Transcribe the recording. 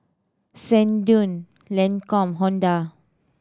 Sensodyne Lancome Honda